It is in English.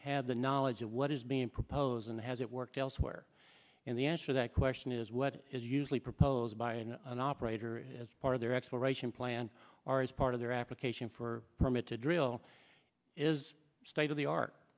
have the knowledge of what is being proposed and has it worked elsewhere and the answer that question is what is usually proposed by an operator as part of their exploration plan or as part of their application for a permit to drill is state of the art